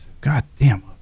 goddamn